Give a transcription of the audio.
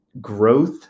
growth